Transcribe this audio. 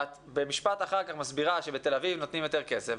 ובמשפט אחר כך את מסבירה שבתל אביב נותנים יותר כסף,